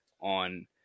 on